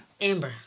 Amber